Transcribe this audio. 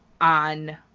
on